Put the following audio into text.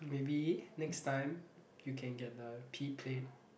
maybe next time you can get the P plate